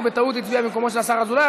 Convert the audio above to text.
הוא בטעות הצביע במקומו של השר אזולאי,